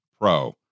pro